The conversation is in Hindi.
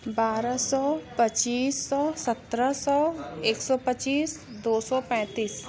बारह सौ पच्चीस सौ सत्रह सौ एक सौ पच्चीस दो सौ पैंतीस